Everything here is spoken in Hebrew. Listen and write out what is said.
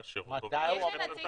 לאשר אותו -- מתי הוא אמור